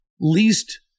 least